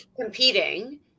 competing